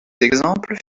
exemples